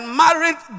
married